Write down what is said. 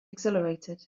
exhilarated